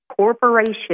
Corporation